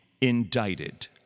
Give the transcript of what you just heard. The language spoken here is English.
indicted